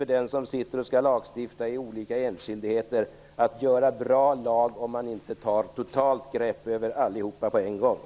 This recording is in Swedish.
För den som skall lagstifta i olika enskildheter är det annars omöjligt att stifta bra lagar.